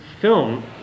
film